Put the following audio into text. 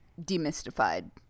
demystified